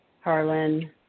Harlan